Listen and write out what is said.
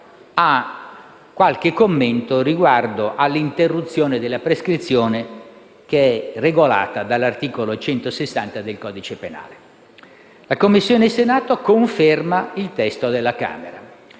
a qualche commento riguardante l'interruzione della prescrizione, regolata all'articolo 160 del codice penale. La Commissione del Senato conferma il testo approvato